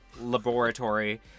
laboratory